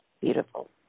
Beautiful